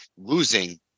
losing